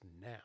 now